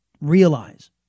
realize